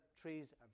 trees